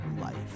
life